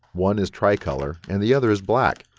one is tri-color, and the other is black.